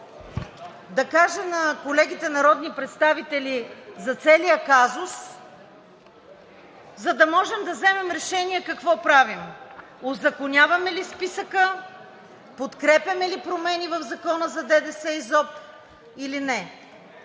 да каже на колегите народни представители за целия казус, за да вземем решение какво правим – узаконяваме ли списъка, подкрепяме ли промени в Закона за ДДС и ЗОП, или не?